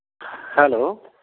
hello